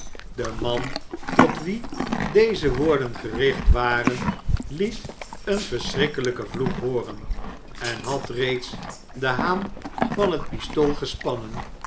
de man tot wien deze woorden gericht waren liet een verschrikkelijken vloek hooren en had reeds den haan van het pistool gespannen